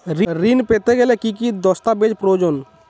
ঋণ পেতে গেলে কি কি দস্তাবেজ প্রয়োজন?